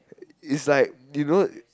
it's like you know